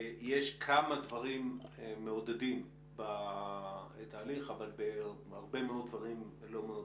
יש כמה דברים מעודדים בתהליך אבל הרבה מאוד דברים לא מעודדים.